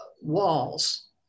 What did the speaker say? walls